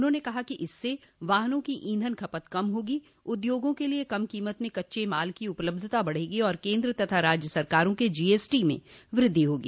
उन्होंने कहा कि इससे वाहनों की ईंधन खपत कम होगी उद्योगों के लिए कम कीमत में कच्चे माल की उपलब्धता बढ़ेगी और केन्द्र तथा राज्य सरकारों के जीएसटी में वृद्धि होगी